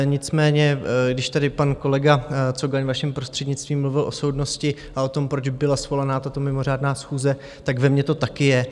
Nicméně když tady pan kolega Cogan vaším prostřednictvím mluvil o soudnosti a o tom, proč byla svolaná tato mimořádná schůze, tak ve mně to taky je.